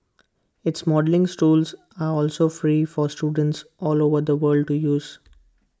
its modelling tools are also free for students all over the world to use